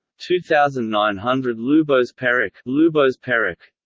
two thousand nine hundred lubos perek lubos perek